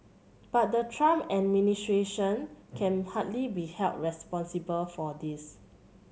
but the Trump administration can hardly be held responsible for this